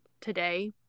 today